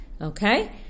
okay